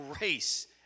race